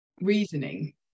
reasoning